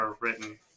written